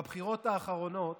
בבחירות האחרונות